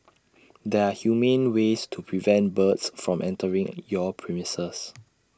there are humane ways to prevent birds from entering your premises